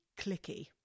clicky